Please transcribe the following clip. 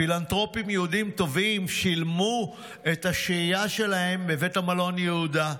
פילנתרופים יהודים טובים שילמו על השהייה שלהם בבית המלון יהודה.